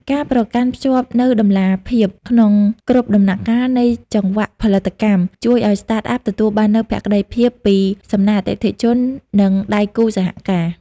ការប្រកាន់ខ្ជាប់នូវតម្លាភាពក្នុងគ្រប់ដំណាក់កាលនៃចង្វាក់ផលិតកម្ម ជួយឱ្យ Startup ទទួលបាននូវភក្តីភាពពីសំណាក់អតិថិជន និងដៃគូសហការ។